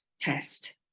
test